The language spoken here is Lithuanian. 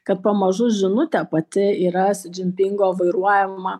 kad pamažu žinutė pati yra si dzinpingo vairuojama